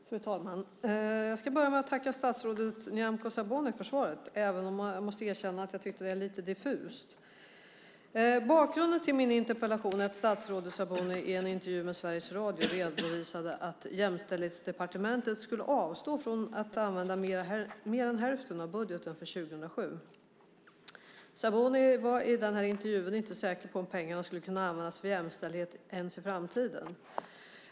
Fru talman! Jag ska börja med att tacka statsrådet Nyamko Sabuni för svaret, även om jag måste erkänna att jag tyckte att det var lite diffust. Bakgrunden till min interpellation är att statsrådet Sabuni i en intervju med Sveriges Radio redovisade att Jämställdhetsdepartementet skulle avstå från att använda mer än hälften av budgeten för 2007. Sabuni var i intervjun inte säker på om pengarna skulle kunna användas för jämställdhet ens i framtiden.